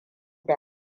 da